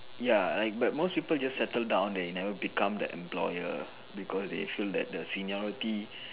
ya like but most people just settle down they never become the employer because they feel that the seniority